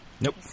Nope